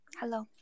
Hello